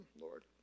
Lord